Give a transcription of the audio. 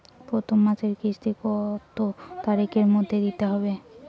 প্রথম মাসের কিস্তি কত তারিখের মধ্যেই দিতে হবে?